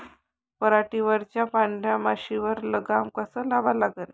पराटीवरच्या पांढऱ्या माशीवर लगाम कसा लावा लागन?